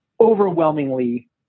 overwhelmingly